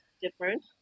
different